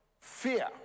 fear